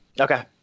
okay